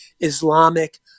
islamic